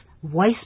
voice